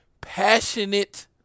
passionate